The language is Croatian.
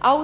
A